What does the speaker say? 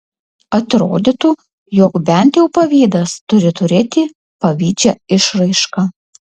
atrodytų jog bent jau pavydas turi turėti pavydžią išraišką